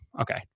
Okay